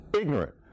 ignorant